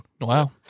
Wow